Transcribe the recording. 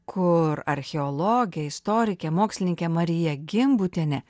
kur archeologė istorikė mokslininkė marija gimbutienė